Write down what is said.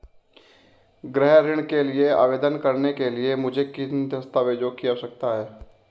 गृह ऋण के लिए आवेदन करने के लिए मुझे किन दस्तावेज़ों की आवश्यकता है?